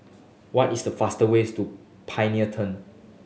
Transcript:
what is the fast ways to Pioneer Turn